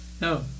No